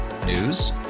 News